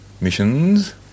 missions